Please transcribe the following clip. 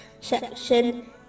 section